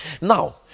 Now